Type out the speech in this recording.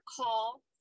call